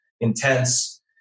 intense